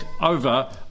over